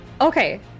okay